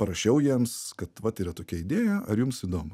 parašiau jiems kad vat yra tokia idėja ar jums įdomu